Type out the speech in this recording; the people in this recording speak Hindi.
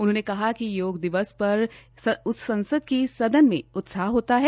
उन्होंने कहा कि योगा दिवस पर चिल्ली संसद की सदन मे उत्साह होता है